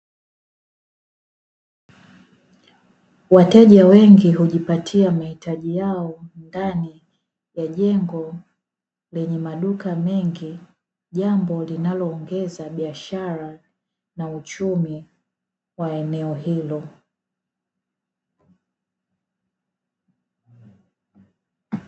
Wateja wengi hujipatia mahitaji yao ndani ya jengo lenye maduka mengi, jambo linaloongeza biashara na uchumi wa eneo hilo.